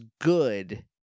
good